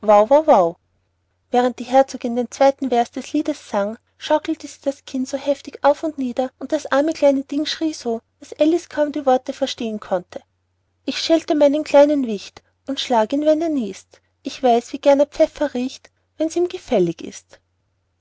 während die herzogin den zweiten vers des liedes sang schaukelte sie das kind so heftig auf und nieder und das arme kleine ding schrie so daß alice kaum die worte verstehen konnte ich schelte meinen kleinen wicht und schlag ihn wenn er niest ich weiß wie gern er pfeffer riecht wenn's ihm gefällig ist